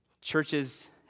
churches